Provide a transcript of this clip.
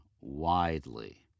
widely